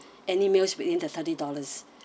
any meals within the thirty dollars